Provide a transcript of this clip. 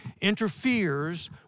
interferes